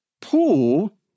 pool